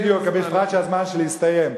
בדיוק, בפרט שהזמן שלי הסתיים.